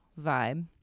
vibe